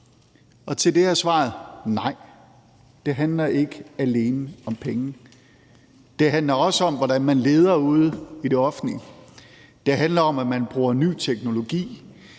Og til det er svaret: Nej, det handler ikke alene om penge. Det handler også om, hvordan man leder ude i det offentlige; det handler om, at man bruger ny teknologi;